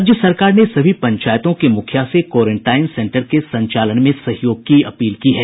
राज्य सरकार ने सभी पंचायतों के मुखिया से कोरेंटाईन सेंटर के संचालन में सहयोग की अपील की है